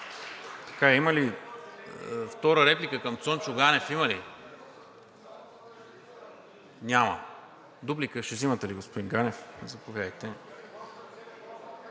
Найденов. Има ли втора реплика към Цончо Ганев? Няма. Дуплика ще взимате ли, господин Ганев? Заповядайте.